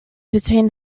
between